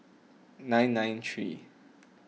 nine nine three